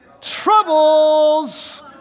troubles